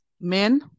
men